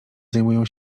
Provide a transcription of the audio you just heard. zajmują